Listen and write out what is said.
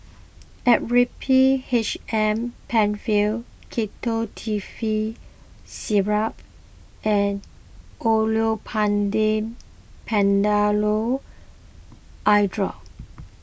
Actrapid H M Penfill Ketotifen Syrup and Olopatadine Patanol Eyedrop